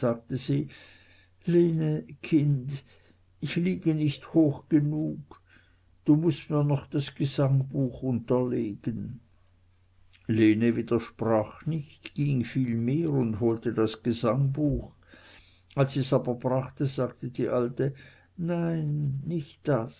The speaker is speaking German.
kind ich liege nicht hoch genug du mußt mir noch das gesangbuch unterlegen lene widersprach nicht ging vielmehr und holte das gesangbuch als sie's aber brachte sagte die alte nein nich